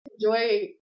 enjoy